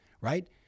right